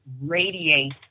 radiate